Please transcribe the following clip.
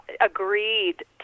agreed